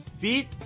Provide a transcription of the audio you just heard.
Beat